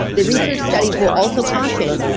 the research studies will also caution,